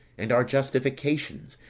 and our justifications,